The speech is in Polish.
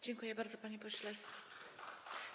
Dziękuję bardzo, panie pośle.